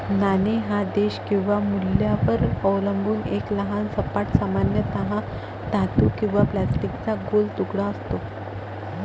नाणे हा देश किंवा मूल्यावर अवलंबून एक लहान सपाट, सामान्यतः धातू किंवा प्लास्टिकचा गोल तुकडा असतो